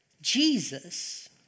Jesus